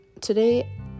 Today